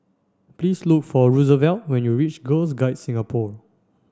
please look for Roosevelt when you reach Girl Guides Singapore